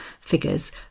figures